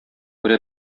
күрә